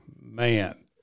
Man